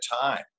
time